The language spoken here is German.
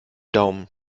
daumen